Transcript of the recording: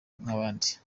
nk’abandi